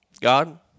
God